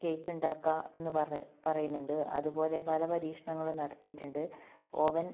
cake ഉണ്ടാക്കാം എന്ന് പറഞ്ഞ് പറയുന്നുണ്ട് അതുപോലെ പല പരീക്ഷണങ്ങളും നടത്തിയിട്ടിണ്ട് ഓവൻ